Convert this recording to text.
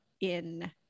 in-